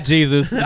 Jesus